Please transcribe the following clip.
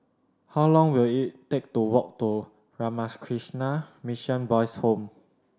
how long will it take to walk to Ramakrishna Mission Boys' Home